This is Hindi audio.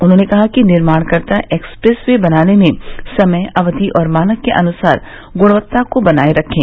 उन्होंने कहा कि निर्माणकर्ता एक्सप्रेस वे बनाने में समय अवधि और मानक के अनुसार गुणवत्ता को बनाये रखें